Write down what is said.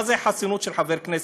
מה זו חסינות של חבר כנסת,